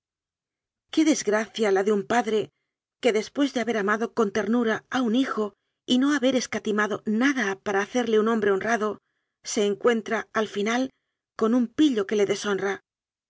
qué desgracia la de un padre que después de haber amado con ternura a un hijo y no haber es catimado nada para hacerle un hombre honrado se encuentra al final con un pillo que le deshon